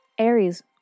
Aries